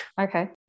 okay